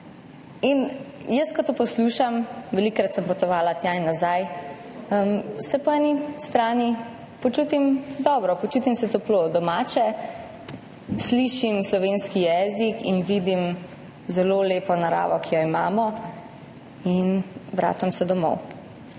oseba. Ko to poslušam, velikokrat sem potovala tja in nazaj, se po eni strani počutim dobro, počutim se toplo, domače, slišim slovenski jezik in vidim zelo lepo naravo, ki jo imamo, in vračam se domov.